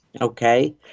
okay